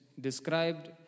described